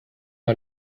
and